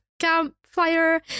campfire